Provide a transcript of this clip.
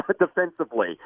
defensively